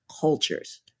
cultures